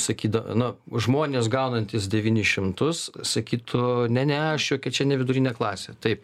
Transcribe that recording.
sakyda na žmonės gaunantys devynis šimtus sakytų ne ne aš jokia čia ne vidurinė klasė taip